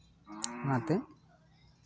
ᱚᱱᱟᱛᱮ